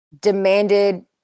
demanded